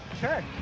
Sure